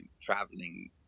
traveling